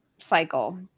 cycle